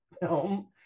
film